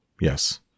Yes